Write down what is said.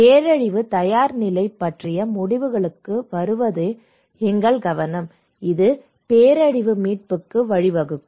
பேரழிவு தயார்நிலை பற்றிய முடிவுகளுக்கு வருவதே எங்கள் கவனம் இது பேரழிவு மீட்புக்கு வழிவகுக்கும்